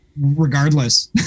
regardless